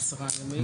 עשרה ימים,